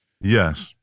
Yes